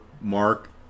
mark